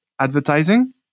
advertising